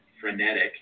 frenetic